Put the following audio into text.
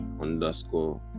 underscore